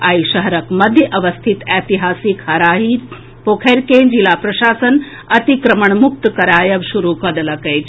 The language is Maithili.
आइ शहरक मध्य अवस्थित ऐतिहासिक हराही पोखरि के जिला प्रशासन अतिक्रमण मुक्त करायब शुरू कऽ देलक अछि